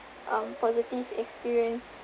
um positive experience